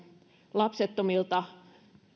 lapsettomilta